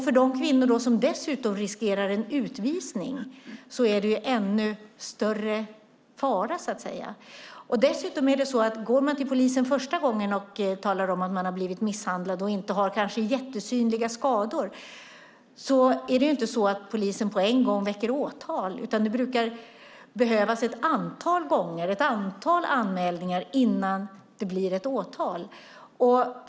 För de kvinnor som dessutom riskerar en utvisning är det ännu större fara. Om de går till polisen första gången och talar om att de har blivit misshandlade och inte har synliga skador kommer inte polisen att på en gång väcka åtal. Det brukar behövas ett antal anmälningar innan det blir ett åtal.